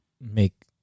make